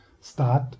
start